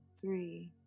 three